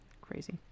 crazy